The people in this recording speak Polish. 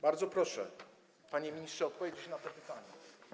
Bardzo proszę, panie ministrze, odpowiedzieć na to pytanie.